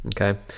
Okay